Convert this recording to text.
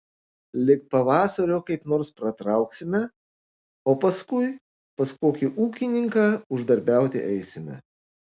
lig pavasario kaip nors pratrauksime o paskui pas kokį ūkininką uždarbiauti eisime